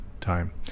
time